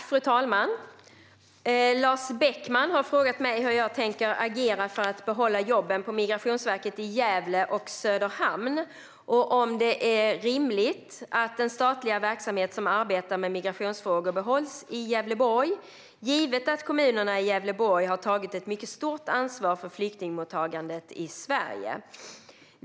Fru talman! Lars Beckman har frågat mig hur jag tänker agera för att behålla jobben på Migrationsverket i Gävle och Söderhamn och om det är rimligt att den statliga verksamhet som arbetar med migrationsfrågor behålls i Gävleborg givet att kommunerna i Gävleborg har tagit ett mycket stort ansvar för flyktingmottagandet i Sverige.